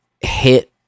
hit